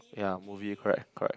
ya movie correct correct